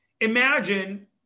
Imagine